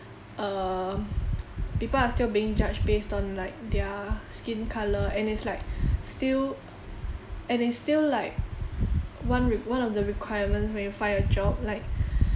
um people are still being judged based on like their skin colour and it's like still and it's still like one re~ one of the requirements when you find a job like